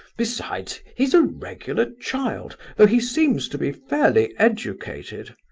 besides, he's a regular child, though he seems to be fairly educated.